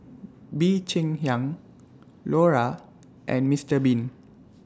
Bee Cheng Hiang Lora and Mister Bean